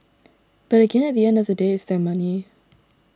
but again at the end of the day it's their money